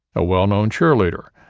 a well-known cheerleader,